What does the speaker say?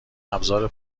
ابزار